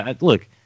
look